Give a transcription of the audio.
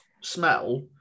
smell